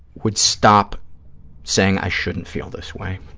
would stop saying i shouldn't feel this way